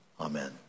Amen